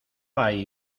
hay